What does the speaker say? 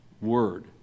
word